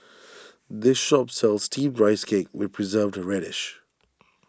this shop sells Steamed Rice Cake with Preserved Radish